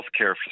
healthcare